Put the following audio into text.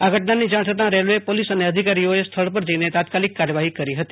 આ ઘટનાની જાણ થતાં રેલ્વે પોલીસ અને અધિકારીઓ સ્થળ પર જઈને તાત્કાલિક કાર્યવાહી કરી હતી